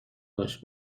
باش